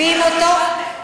בינתיים,